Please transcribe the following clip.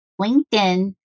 LinkedIn